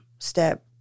step